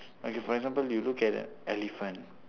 okay for example you look at elephant